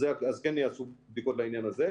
אז כן יעשו בדיקות לעניין הזה.